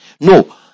No